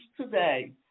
today